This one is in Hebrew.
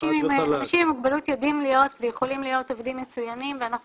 האנשים עם מוגבלות יודעים להיות ויכולים להיות עובדים מצוינים ואנחנו